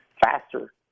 faster